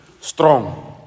strong